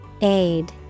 Aid